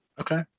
Okay